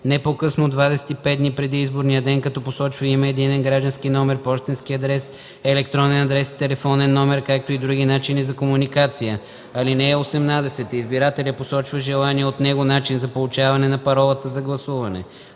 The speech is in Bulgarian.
не по-късно от 25 дни преди изборния ден, като посочва име, единен граждански номер, пощенски адрес, електронен адрес и телефонен номер, както и други начини за комуникация. (18) Избирателят посочва желания от него начин за получаване на паролата за гласуване: